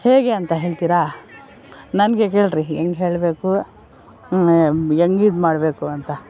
ಹೇಗೆ ಅಂತ ಹೇಳ್ತೀರಾ ನನಗೆ ಕೇಳ್ರಿ ಹೆಂಗೆ ಹೇಳಬೇಕು ಹೆಂಗೆ ಇದ್ಮಾಡ್ಬೇಕು ಅಂತ